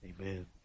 Amen